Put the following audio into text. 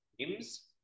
names